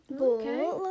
Okay